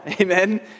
Amen